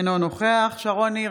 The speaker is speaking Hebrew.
אינו נוכח שרון ניר,